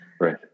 right